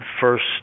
first